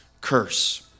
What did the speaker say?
curse